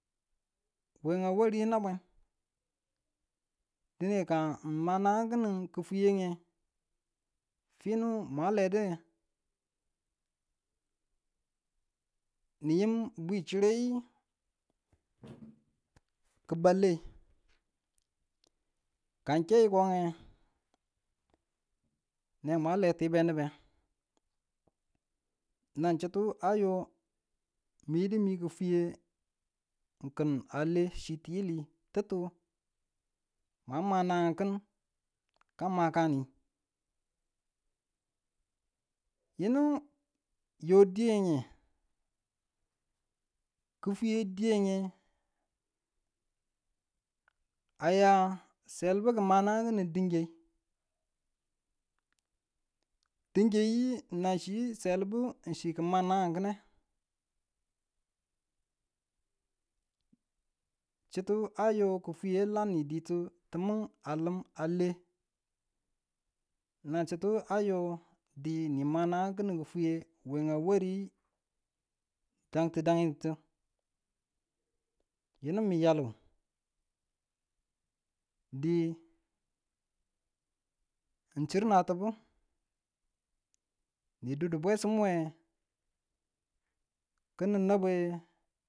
We a wari nabwen dine ka ng ma nagang kinin ki kifwiye ng, finu mwa lede ng yin bwi chire, ki ba lei ka ng ke yiko nge, ne mwa le ti be nubu nan chutu a yo miyu du mi kifwiye a lim chitiyili tittu mwa ma nagangkin ka makani yinu yo diye nge kifwiye diye ne a ya selebu ki ma nanang kinin tangiyu. Chuttu a yo kifweye a lamintu tumu a lem a ale nan chitu a yo di nima nanang kinin kifwiye we a wari dang ti dang titu. yinmu mi yalu, di ng chin natubu, nin dudu bwesumu we kinin nabwen